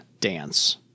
dance